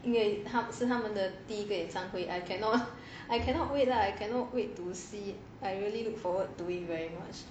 因为是他们的第一个演唱会 I cannot I cannot wait lah I cannot wait to see I really look forward to it very much